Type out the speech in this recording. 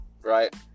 right